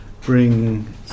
bring